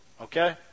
okay